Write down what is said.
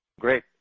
Great